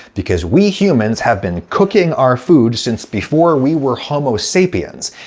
because we humans have been cooking our food since before we were homo sapiens.